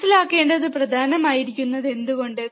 മനസ്സിലാക്കേണ്ടത് പ്രധാനമായിരിക്കുന്നത് എന്തുകൊണ്ട്